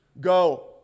go